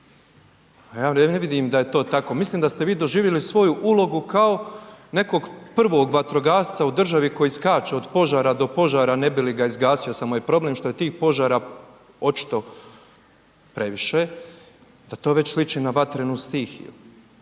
ja ne vidim da je to tako. Mislim da ste vi doživjeli svoju ulogu kao nekog prvog vatrogasca u državi koji skače od požara do požara ne bi li ga izgasio, samo je problem što je tih požara očito previše, da to već sliči na vatrenu stihiju